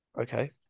Okay